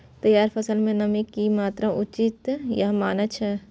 तैयार फसल में नमी के की मात्रा उचित या मानक छै?